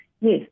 yes